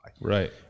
Right